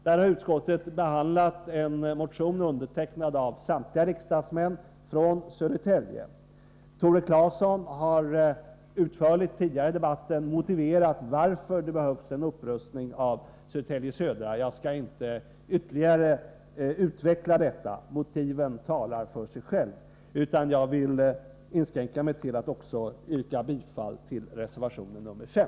Här har utskottet behandlat en motion, undertecknad av samtliga riksdagsmän från Södertälje. Tore Claeson har tidigare i debatten utförligt motiverat varför Södertälje Södra behöver rustas upp. Jag skall inte ytterligare utveckla saken, motiven talar för sig själva, utan jag inskränker mig till att yrka bifall till reservation nr 5.